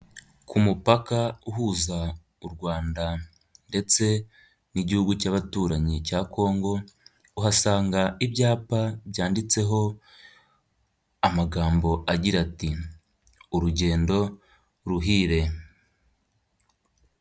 Ku mupaka uhuza u Rwanda ndetse n'igihugu cy'abaturanyi cya Kongo, uhasanga ibyapa byanditseho amagambo agira ati '' urugendo ruhire'.'